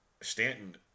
Stanton